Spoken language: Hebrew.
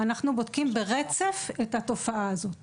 אנחנו נוהגים לבדוק את התופעה הזו ברצף.